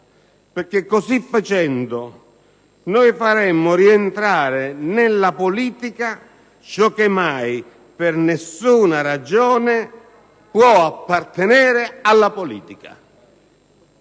perché così facendo faremmo rientrare nella politica ciò che mai, per nessuna ragione, può appartenere alla politica.